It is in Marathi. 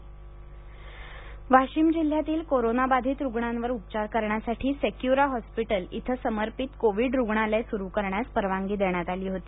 वाशिम रुग्णालय वाशिम जिल्ह्यातील कोरोना बाधित रुग्णांवर उपचार करण्यासाठी सेक्युरा हॉस्पिटल इथं समर्पित कोविड रुग्णालय सुरु करण्यास परवानगी देण्यात आली होती